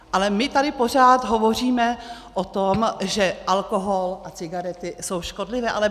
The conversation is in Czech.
Ale my tady pořád hovoříme o tom, že alkohol a cigarety jsou škodlivé.